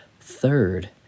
third